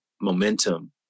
momentum